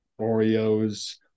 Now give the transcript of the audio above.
Oreos